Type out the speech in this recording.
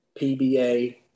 PBA